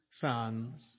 sons